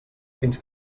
fins